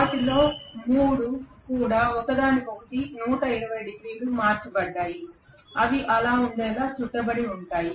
వాటిలో 3 కూడా ఒకదానికొకటి 120 డిగ్రీలు మార్చబడ్డాయి అవి అలా ఉండేలా చుట్టబడి ఉంటాయి